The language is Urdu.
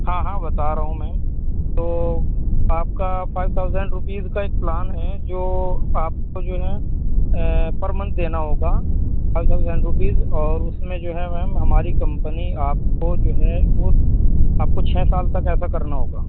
ہاں ہاں بتا رہا ہوں میں تو آپ کا فائیو تھاؤزنڈ روپیز کا ایک پلان ہے جو آپ کو جو ہے پر منتھ دینا ہوگا فائیو تھاؤزنڈ روپیز اور اس میں جو ہے میم ہماری کمپنی آپ کو جو ہے وہ آپ کو چھ سال تک ایسا کرنا ہوگا